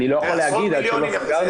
אני לא יכול להגיד עד שלא סגרנו.